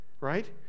right